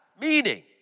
Meaning